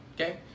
Okay